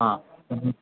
હા